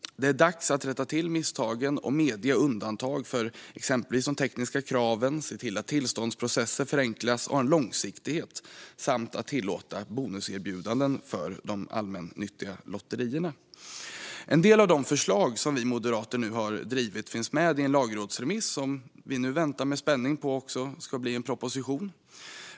Det är dags att rätta till misstagen och medge undantag för exempelvis tekniska krav, se till att tillståndsprocesser förenklas och har en långsiktighet samt tillåta bonuserbjudanden för de allmännyttiga lotterierna. En del av de förslag som vi moderater har drivit finns med i en lagrådsremiss som vi nu med spänning väntar på ska bli en proposition.